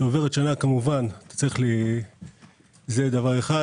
כשעוברת שנה כמובן זה דבר אחד.